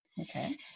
okay